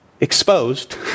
exposed